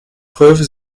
preuve